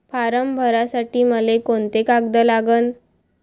Form भरासाठी मले कोंते कागद लागन?